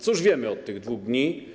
Cóż wiemy od tych 2 dni?